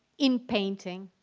in painting,